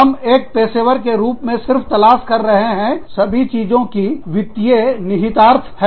हम एक पेशेवर के रूप में सिर्फ तलाश कर रहे हैं सभी चीजों की वित्तीय निहितार्थ कैसी है